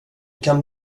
kan